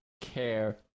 care